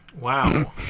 Wow